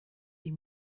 die